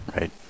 Right